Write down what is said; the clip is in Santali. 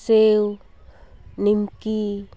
ᱥᱮᱣ ᱱᱤᱢᱠᱤ